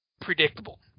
predictable